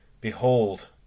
behold